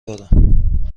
دادم